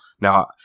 Now